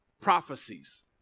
prophecies